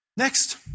Next